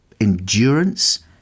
endurance